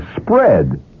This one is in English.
spread